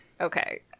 okay